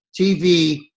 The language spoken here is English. TV